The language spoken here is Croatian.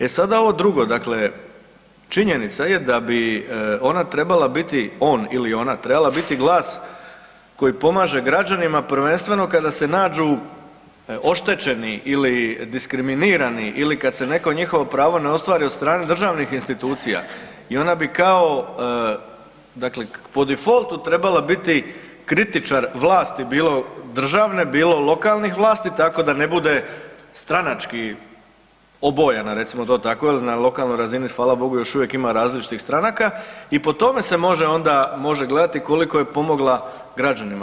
E sada ovo drugo, dakle činjenica je da bi ona trebala biti on ili ona trebala biti glas koji pomaže građanima prvenstveno kada se nađu oštećeni ili diskriminirani ili kada se neko njihovo pravo ne ostvari od strane državnih institucija i ona bi kao po difoltu trebala biti kritičar vlasti bilo državne, bilo lokalnih vlasti tako da ne bude stranački obojana, recimo to tako jel na lokalnoj razini hvala Bogu još uvijek ima različitih stranaka i po tome se može onda može gledati koliko je pomogla građanima.